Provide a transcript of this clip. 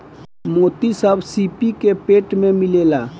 मोती सब सीपी के पेट में मिलेला